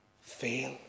fail